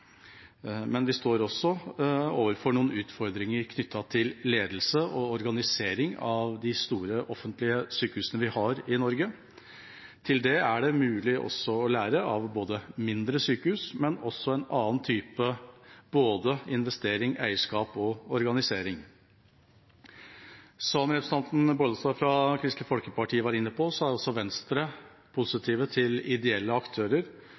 men vi står også overfor utfordringer knyttet til ledelse og organisering av de store offentlige sykehusene vi har i Norge. Til det er det mulig å lære av mindre sykehus, men også å lære en annen type investering, eierskap og organisering. Som representanten Bollestad fra Kristelig Folkeparti var inne på, er også Venstre positiv til ideelle aktører,